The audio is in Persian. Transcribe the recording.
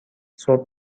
صبح